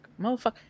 Motherfucker